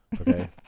Okay